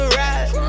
ride